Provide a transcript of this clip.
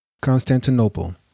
Constantinople